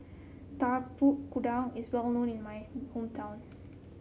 Tapak Kuda is well known in my hometown